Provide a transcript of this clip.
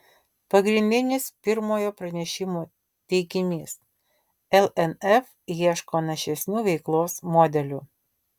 pagrindinis pirmojo pranešimo teiginys lnf ieško našesnių veiklos modelių